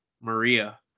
Maria